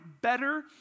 better